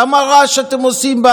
כמה רעש אתם עושים.